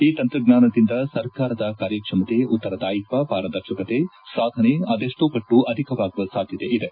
ಈ ತಂತ್ರಜ್ಞಾನದಿಂದ ಸರ್ಕಾರದ ಕಾರ್ಯಕ್ಷಮತೆ ಉತ್ತರದಾಯತ್ವ ಪಾರದರ್ಶಕತೆ ಸಾಧನೆ ಅದೆಷ್ಟೋ ಪಟ್ಟು ಅಧಿಕವಾಗುವ ಸಾಧ್ಯತೆ ಇದೆ